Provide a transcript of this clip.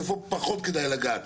איפה פחות כדאי לגעת,